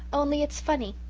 only, it's funny.